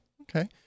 Okay